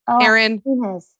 Aaron